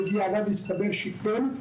בדיעבד הסתבר שכן,